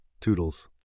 Toodles